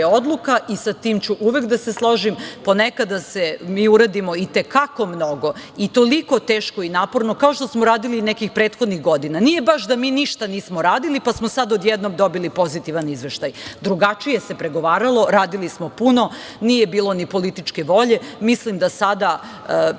odluka i sa tim ću uvek da se složim. Ponekada radimo i te kako mnogo i toliko teško i naporno kao što smo radili nekih prethodnih godina. Nije baš da mi ništa nismo radili pa smo sada odjednom dobili pozitivan izveštaj. Drugačije se pregovaralo. Radili smo puno. Nije bilo ni političke volje. Mislim da sada